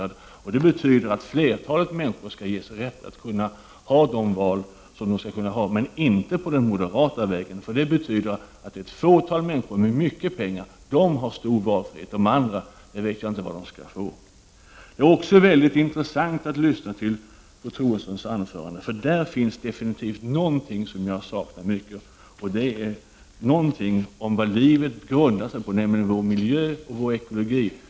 Detta betyder att flertalet människor skall ges rätten att kunna göra val. Men detta skall inte ske via den moderata vägen. Denna innebär att ett fåtal människor med mycket pengar har stor valfrihet; vad beträffar människor utan mycket pengar vet jag inte om de kan ta del av valfriheten. Det är mycket intressant att lyssna till fru Troedssons anförande eftersom det innehåller något som jag mycket har saknat. Fru Troedsson talar nämligen om vad livet grundar sig på: vår miljö och vår ekologi.